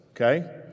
okay